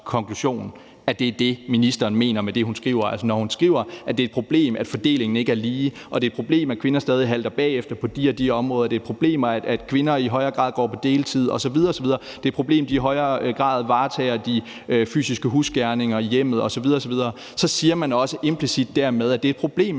at det er det, ministeren mener med det, hun skriver. Altså, når hun skriver, at det er et problem, at fordelingen ikke er lige; at det er et problem, at kvinder stadig halter bagefter på de og de områder; at det er et problem, at kvinder i højere grad går på deltid; at det er et problem, at de i højere grad varetager de fysiske husgerninger i hjemmet osv. osv., så siger man også implicit dermed, at det er et problem,